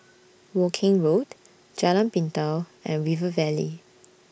Woking Road Jalan Pintau and River Valley